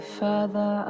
further